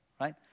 right